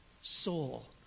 soul